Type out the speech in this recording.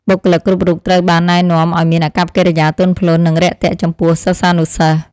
បុគ្គលិកគ្រប់រូបត្រូវបានណែនាំឱ្យមានអាកប្បកិរិយាទន់ភ្លន់និងរាក់ទាក់ចំពោះសិស្សានុសិស្ស។